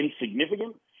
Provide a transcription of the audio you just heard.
insignificant